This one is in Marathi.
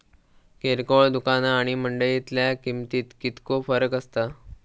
किरकोळ दुकाना आणि मंडळीतल्या किमतीत कितको फरक असता?